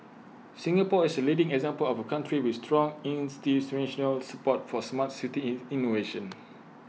Singapore is A leading example of A country with strong institutional support for Smart City in innovation